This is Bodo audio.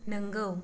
नोंगौ